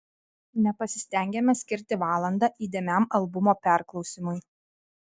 nepasistengiame skirti valandą įdėmiam albumo perklausymui